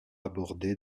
abordée